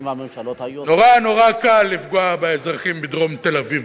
נורא קל לפגוע באזרחים בדרום תל-אביב.